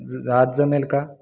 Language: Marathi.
र आज जमेल का